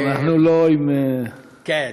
אנחנו לא עם, כן.